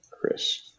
Chris